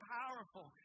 powerful